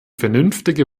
vernünftige